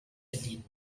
bedienen